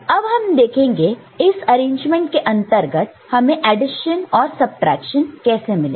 अब हम देखेंगे इस अरेंजमेंट के अंतर्गत हमें एडिशन और सबट्रैक्शन कैसे मिलेगा